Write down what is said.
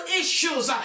issues